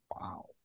Wow